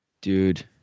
Dude